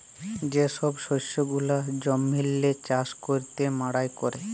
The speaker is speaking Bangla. যে ছব শস্য গুলা জমিল্লে চাষ ক্যইরে মাড়াই ক্যরে